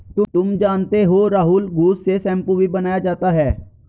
तुम जानते हो राहुल घुस से शैंपू भी बनाया जाता हैं